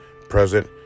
present